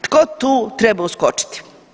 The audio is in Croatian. Tko tu treba uskočiti?